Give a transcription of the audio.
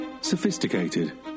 Sophisticated